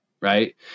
right